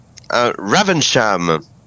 Ravensham